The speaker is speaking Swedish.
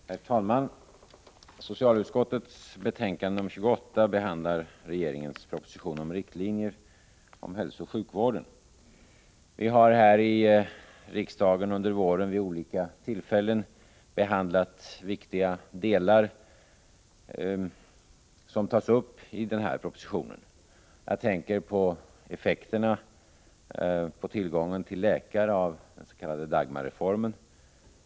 Herr talman! Socialutskottets betänkande nr 28 behandlar regeringens proposition om riktlinjer för hälsooch sjukvården. Vi har här i riksdagen under våren vid olika tillfällen behandlat viktiga delar av det som tas upp i propositionen. Jag tänker på effekterna av den s.k. Dagmarreformen på tillgången till läkare.